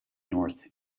north